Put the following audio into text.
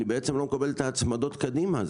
אני בעצם לא מקבל את ההצמדות קדימה,